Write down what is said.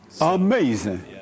Amazing